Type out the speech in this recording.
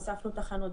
הוספנו תחנות,